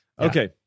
okay